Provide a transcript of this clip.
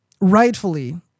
rightfully